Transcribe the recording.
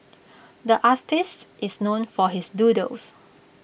the artist is known for his doodles